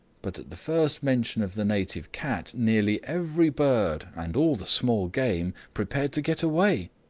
but at the first mention of the native cat nearly every bird, and all the small game, prepared to get away.